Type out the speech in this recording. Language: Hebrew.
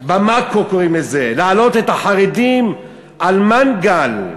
במקרו, קוראים לזה: להעלות את החרדים על מנגל,